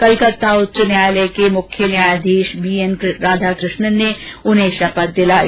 कलकत्ता उच्च न्यायालय के मुख्य न्यायाधीश श्री बीएन राधाकृष्णन ने उन्हें शपथ दिलाई